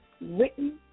written